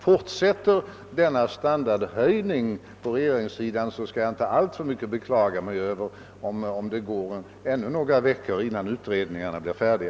Fortsätter denna standard höjning på regeringssidan, skall jag inte alltför mycket beklaga mig över om det går ännu några veckor innan utredningen blir färdig.